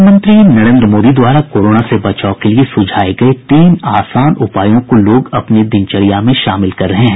प्रधानमंत्री नरेन्द्र मोदी द्वारा कोरोना से बचाव के लिए सुझाये गये तीन आसान उपायों को लोग अपनी दिनचर्या में शामिल कर रहे हैं